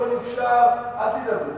הכול יופשר, אל תדאגו.